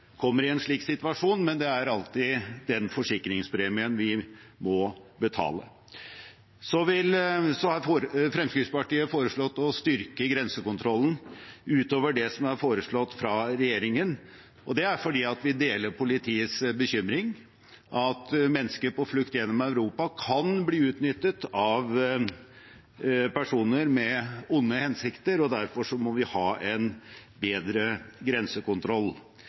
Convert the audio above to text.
kommer i en slik situasjon, men det er alltid den forsikringspremien vi må betale. Fremskrittspartiet har foreslått å styrke grensekontrollen utover det som er foreslått fra regjeringen. Det er fordi vi deler politiets bekymring for at mennesker på flukt gjennom Europa kan bli utnyttet av personer med onde hensikter, og derfor må vi ha en bedre grensekontroll.